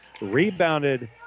Rebounded